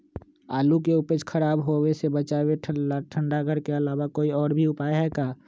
आलू के उपज के खराब होवे से बचाबे ठंडा घर के अलावा कोई और भी उपाय है का?